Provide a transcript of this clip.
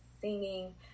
singing